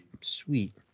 sweet